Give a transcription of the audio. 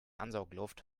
ansaugluft